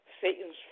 Satan's